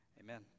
Amen